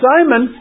Simon